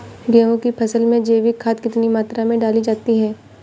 गेहूँ की फसल में जैविक खाद कितनी मात्रा में डाली जाती है?